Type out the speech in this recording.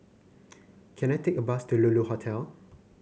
can I take a bus to Lulu Hotel